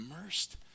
immersed